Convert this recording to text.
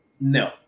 no